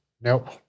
Nope